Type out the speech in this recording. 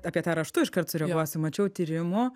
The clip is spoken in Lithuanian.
apie tą raštu iškart sureaguosiu mačiau tyrimų